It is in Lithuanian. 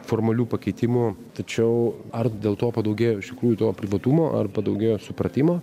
formalių pakeitimų tačiau ar dėl to padaugėjo iš tikrųjų to privatumo ar padaugėjo supratimo